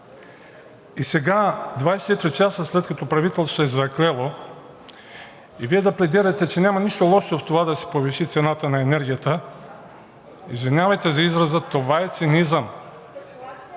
И сега, 24 часа след като правителството се е заклело, Вие да пледирате, че няма нищо лошо в това да се повиши цената на енергията, извинявайте за израза, това е цинизъм.